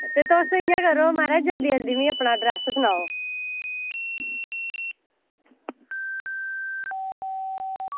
ते तुस इंया करो म्हाराज जल्दी जल्दी अपना एड्रेस सनाओ